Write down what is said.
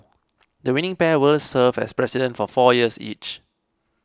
the winning pair will serve as President for four years each